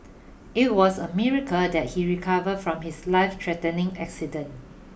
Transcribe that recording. it was a miracle that he recovered from his lifethreatening accident